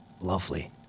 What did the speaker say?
Lovely